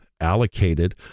allocated